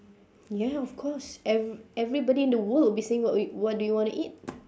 ya of course ev~ everybody in the world will be saying what w~ do you want to eat